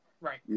right